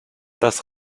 das